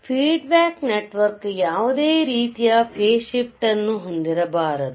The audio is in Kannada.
ಆದ್ದರಿಂದ ಫೀಡ್ ಬ್ಯಾಕ್ ನೆಟ್ ವರ್ಕ್ ಯಾವುದೇ ರೀತಿಯ ಫೇಸ್ ಶಿಫ್ಟ್ ಅನ್ನು ಹೊಂದಿರಬಾರದು